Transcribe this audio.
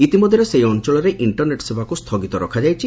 ଇତିମଧ୍ୟରେ ସେହି ଅଞ୍ଚଳରେ ଇଷ୍ଟରନେଟ୍ ସେବାକୁ ସ୍ଥଗିତ ରଖାଯାଇଛି